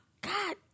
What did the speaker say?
God